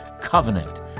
covenant